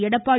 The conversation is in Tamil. எடப்பாடி